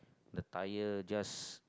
the tire just